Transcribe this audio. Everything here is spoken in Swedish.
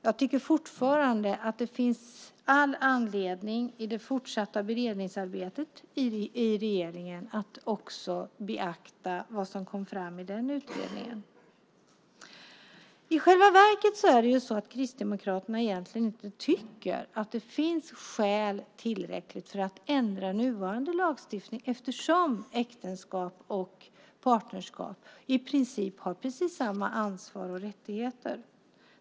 Jag tycker fortfarande att det finns all anledning att i det fortsatta beredningsarbetet också beakta vad som kom fram i den franska utredningen. I själva verket tycker egentligen inte Kristdemokraterna att det finns tillräckliga skäl att ändra nuvarande lagstiftning eftersom äktenskap och partnerskap i princip innebär precis samma ansvar och rättigheter.